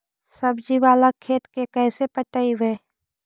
सब्जी बाला खेत के कैसे पटइबै?